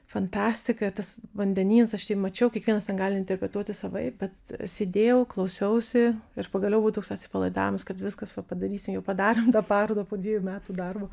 fantastika tas vandenynas aš jį mačiau kiekvienas ten gali interpretuoti savaip bet sėdėjau klausiausi ir pagaliau buvo toks atsipalaidavimas kad viskas va padarysim jau padarėm tą parodo po dviejų metų darbo